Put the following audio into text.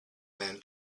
man